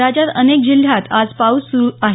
राज्यात अनेक जिल्ह्यात आज पाऊस सुरू आहे